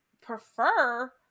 prefer